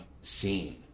scene